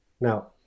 Now